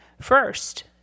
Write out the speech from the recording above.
first